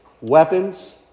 weapons